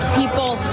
people